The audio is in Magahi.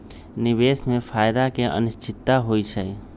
निवेश में फायदा के अनिश्चितता होइ छइ